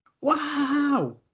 Wow